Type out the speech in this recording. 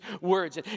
words